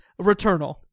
Returnal